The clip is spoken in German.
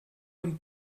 und